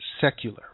secular